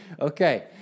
okay